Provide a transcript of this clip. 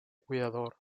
cuidador